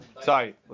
Sorry